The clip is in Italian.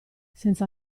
senza